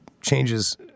changes